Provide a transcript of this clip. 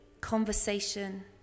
conversation